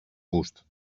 bust